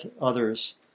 others